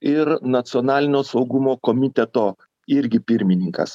ir nacionalinio saugumo komiteto irgi pirmininkas